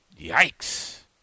Yikes